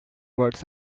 words